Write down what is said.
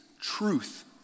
truth